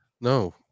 no